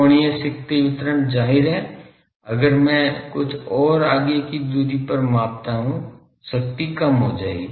कोणीय शक्ति वितरण जाहिर है अगर मैं कुछ ओर आगे की दूरी पर मापता हूं शक्ति कम हो जाएगी